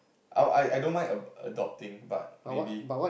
I I don't mind a~ adopting but maybe